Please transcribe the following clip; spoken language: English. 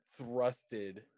thrusted